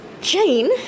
Jane